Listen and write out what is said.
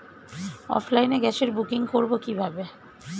অফলাইনে গ্যাসের বুকিং করব কিভাবে?